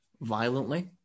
violently